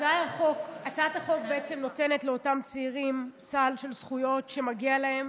הצעת החוק נותנת לאותם צעירים סל של זכויות שמגיע להם.